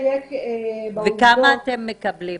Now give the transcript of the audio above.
וכמה אתם מקבלים?